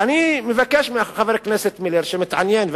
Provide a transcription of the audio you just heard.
ואני מבקש מחבר הכנסת מילר שמתעניין,